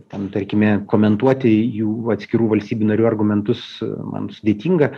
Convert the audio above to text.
ten tarkime komentuoti jų atskirų valstybių narių argumentus man sudėtinga